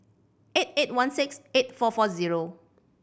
eight eight one six eight four four zero